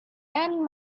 and